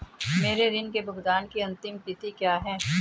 मेरे ऋण के भुगतान की अंतिम तिथि क्या है?